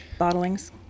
bottlings